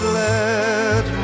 let